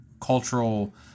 cultural